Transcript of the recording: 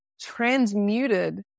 transmuted